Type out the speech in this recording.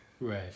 Right